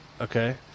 Okay